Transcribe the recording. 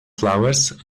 flowers